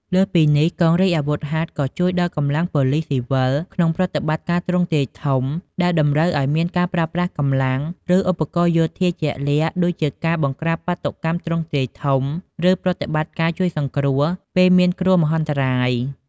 លើសពីនេះ កងរាជអាវុធហត្ថក៏អាចជួយដល់កម្លាំងប៉ូលិសស៊ីវិលក្នុងប្រតិបត្តិការទ្រង់ទ្រាយធំដែលតម្រូវឲ្យមានការប្រើប្រាស់កម្លាំង ឬឧបករណ៍យោធាជាក់លាក់ ដូចជាការបង្ក្រាបបាតុកម្មទ្រង់ទ្រាយធំ ឬប្រតិបត្តិការជួយសង្គ្រោះពេលមានគ្រោះមហន្តរាយ។